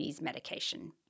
medication